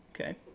Okay